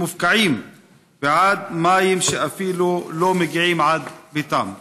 מופקעים בעד מים שאפילו לא מגיעים עד ביתם?